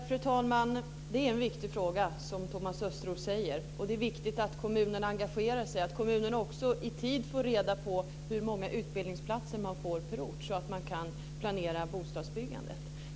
Fru talman! Det är en viktig fråga, som Thomas Östros säger. Och det är viktigt att kommunerna engagerar sig och att kommunerna också i tid får reda på hur många utbildningsplatser de får per ort så att de kan planera bostadsbyggandet.